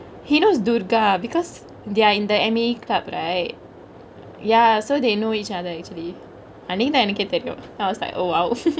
he knows durga because they are in the M_A club right ya so they know each other actually அன்னிக்குதா எனக்கே தெரியு:annikuthaa enake teriyu I was like oh !wow!